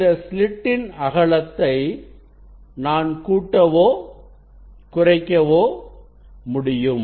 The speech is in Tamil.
இந்த ஸ்லிட்டின் அகலத்தை நான் கூட்டவோ குறைக்கவோ முடியும்